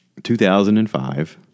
2005